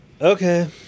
okay